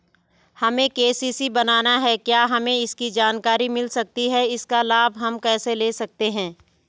हमें के.सी.सी बनाना है क्या हमें इसकी जानकारी मिल सकती है इसका लाभ हम कैसे ले सकते हैं?